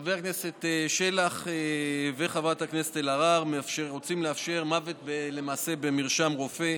חבר הכנסת שלח וחברת הכנסת אלהרר רוצים לאפשר למעשה מוות במרשם רופא.